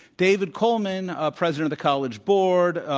david coleman, ah president of the college board,